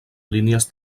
línies